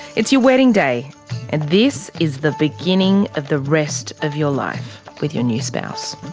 it's your wedding day and this is the beginning of the rest of your life with your new spouse.